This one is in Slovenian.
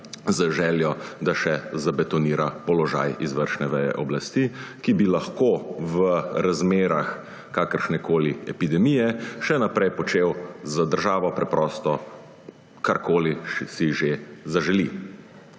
z željo, da še zabetonira položaj izvršne veje oblasti, ki bi lahko v razmerah kakršnekoli epidemije še naprej počel z državo preprosto, karkoli si že zaželi.